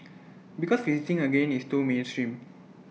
because visiting again is too mainstream